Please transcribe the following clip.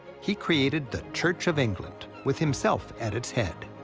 he created the church of england, with himself at its head.